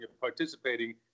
participating